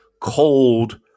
cold